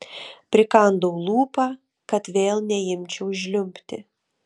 prikandau lūpą kad vėl neimčiau žliumbti